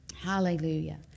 Hallelujah